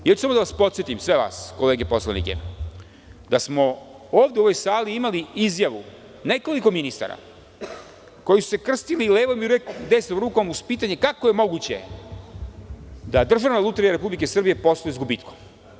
Samo ću da vas podsetim, sve vas kolege poslanike, da smo ovde u ovoj sali imali izjavu nekoliko ministara koji su krstili levom i desnom rukom uz pitanje, kako je moguće da Državna lutrija Republike Srbije posluje s gubitkom.